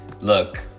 look